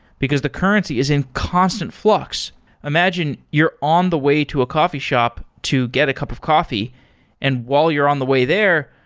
because the currency is in constant flux imagine you're on the way to a coffee shop to get a cup of coffee and while you're on the way there,